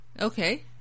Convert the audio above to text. Okay